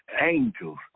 angels